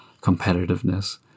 competitiveness